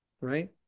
right